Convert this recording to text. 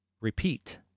repeat